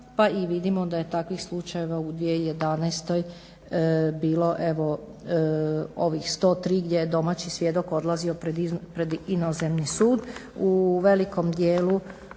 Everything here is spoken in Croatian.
vidimo da je takvih slučajeva u 2011. bilo evo ovih 103. gdje je domaći svjedok odlazio pred inozemni sud. U velikom dijelu